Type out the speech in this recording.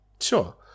Sure